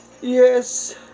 yes